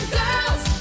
girls